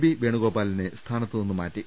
B വേണുഗോപാലിനെ സ്ഥാനത്തുനിന്ന് മാറ്റി